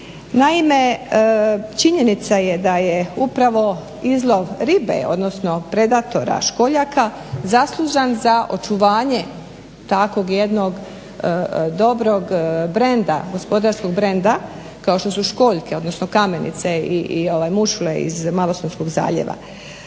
Naime, činjenica je da je upravo izlov ribe odnosno predatora školjaka zaslužan za očuvanje tako jednog gospodarskog brenda kao što su školjke odnosno kamenice i mušule iz Malostonskog zaljeva.